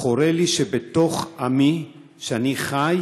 חורה לי שבתוך עמי שאני חי